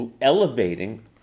elevating